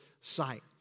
sight